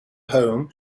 home